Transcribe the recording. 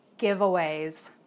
Giveaways